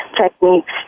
techniques